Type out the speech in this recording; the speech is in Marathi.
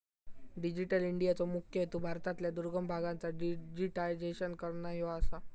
डिजिटल इंडियाचो मुख्य हेतू भारतातल्या दुर्गम भागांचा डिजिटायझेशन करना ह्यो आसा